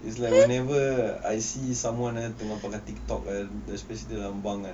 is like whenever I see someone else tengah pakai tiktok kan especially the lambang kan